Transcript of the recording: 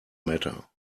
matter